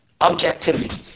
Objectivity